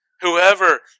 Whoever